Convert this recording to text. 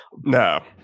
No